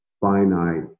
finite